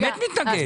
באמת מתנגד.